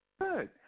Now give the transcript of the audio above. Good